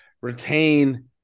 retain